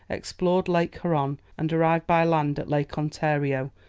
explored lake huron, and arrived by land at lake ontario,